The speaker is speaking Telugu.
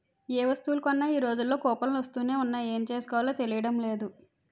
ఏ వస్తువులు కొన్నా ఈ రోజుల్లో కూపన్లు వస్తునే ఉన్నాయి ఏం చేసుకోవాలో తెలియడం లేదు